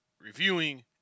reviewing